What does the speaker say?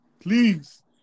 Please